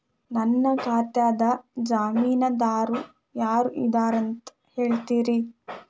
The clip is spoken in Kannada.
ನನ್ನ ಖಾತಾದ್ದ ಜಾಮೇನದಾರು ಯಾರ ಇದಾರಂತ್ ಹೇಳ್ತೇರಿ?